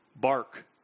bark